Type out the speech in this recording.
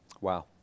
Wow